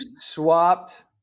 swapped